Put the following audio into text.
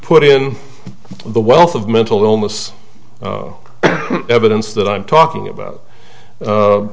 put in the wealth of mental illness evidence that i'm talking about